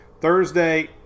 Thursday